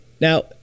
Now